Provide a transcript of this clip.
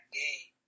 game